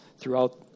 throughout